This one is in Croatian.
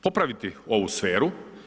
Popraviti ovu sferu.